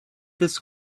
this